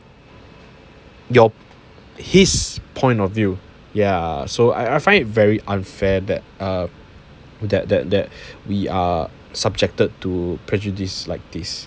your~ his point of view yeah so I I find it very unfair that uh that that that we are subjected to prejudice like this